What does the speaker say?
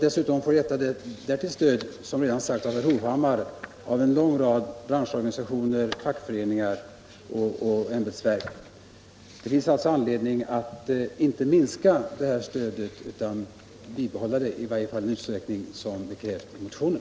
Som redan har sagts av herr Hovhammar betonar en lång rad branschorganisationer, fackföreningar och ämbetsverk betydelsen av detta stöd. Det finns alltså anledning att inte minska detta stöd utan bibehålla det, i varje fall i den utsträckning som krävs i motionen.